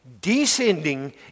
Descending